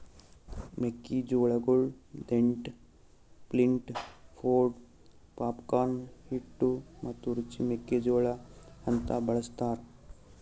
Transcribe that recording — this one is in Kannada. ಮೆಕ್ಕಿ ಜೋಳಗೊಳ್ ದೆಂಟ್, ಫ್ಲಿಂಟ್, ಪೊಡ್, ಪಾಪ್ಕಾರ್ನ್, ಹಿಟ್ಟು ಮತ್ತ ರುಚಿ ಮೆಕ್ಕಿ ಜೋಳ ಅಂತ್ ಬಳ್ಸತಾರ್